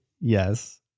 yes